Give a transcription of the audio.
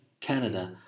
Canada